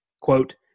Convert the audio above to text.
quote